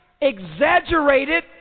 exaggerated